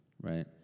right